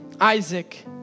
Isaac